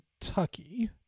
Kentucky